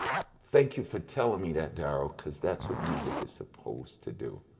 thank you for telling me that darryl, cause that's what music is supposed to do.